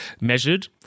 measured